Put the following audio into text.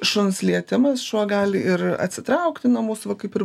šuns lietimas šuo gali ir atsitraukti nuo mūsų va kaip ir